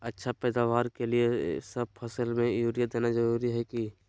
अच्छा पैदावार के लिए सब फसल में यूरिया देना जरुरी है की?